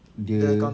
dia